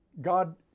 God